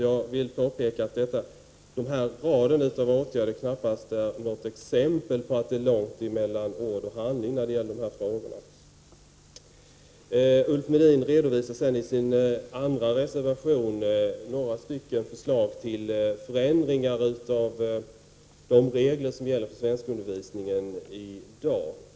Jag vill därför påpeka att denna rad av åtgärder knappast är något bra exempel på att det är långt mellan ord och handling i dessa frågor. Ulf Melin redovisar i sin andra reservation några förslag till förändringar av de regler som gäller för svenskundervisningen i dag.